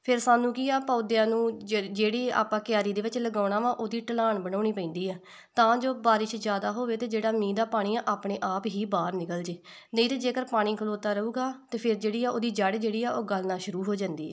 ਫਿਰ ਸਾਨੂੰ ਕੀ ਆ ਪੌਦਿਆਂ ਨੂੰ ਜਿ ਜਿਹੜੀ ਆਪਾਂ ਕਿਆਰੀ ਦੇ ਵਿੱਚ ਲਗਾਉਣਾ ਵਾ ਉਹਦੀ ਢਲਾਣ ਬਣਾਉਣੀ ਪੈਂਦੀ ਆ ਤਾਂ ਜੋ ਬਾਰਿਸ਼ ਜ਼ਿਆਦਾ ਹੋਵੇ ਅਤੇ ਜਿਹੜਾ ਮੀਂਹ ਦਾ ਪਾਣੀ ਆਪਣੇ ਆਪ ਹੀ ਬਾਹਰ ਨਿਕਲਜੇ ਨਹੀਂ ਤਾਂ ਜੇਕਰ ਪਾਣੀ ਖਲੋਤਾ ਰਹੂਗਾ ਅਤੇ ਫਿਰ ਜਿਹੜੀ ਆ ਉਹਦੀ ਜੜ੍ਹ ਜਿਹੜੀ ਆ ਉਹ ਗਲਣਾ ਸ਼ੁਰੂ ਹੋ ਜਾਂਦੀ ਆ